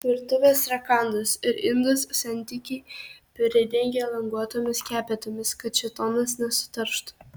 virtuvės rakandus ir indus sentikiai pridengia languotomis skepetomis kad šėtonas nesuterštų